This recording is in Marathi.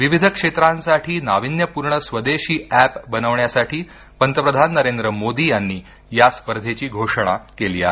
विविध क्षेत्रांसाठी नाविन्यपूर्ण स्वदेशी एप बनवण्यासाठी पंतप्रधान नरेंद्र मोदी यांनी या स्पर्धेची घोषणा केली आहे